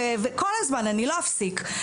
וכל הזמן אני לא אפסיק.